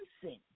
sin